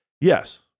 Yes